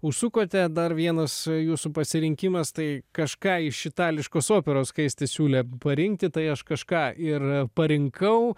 užsukote dar vienas jūsų pasirinkimas tai kažką iš itališkos operos skaistis siūlė parinkti tai aš kažką ir parinkau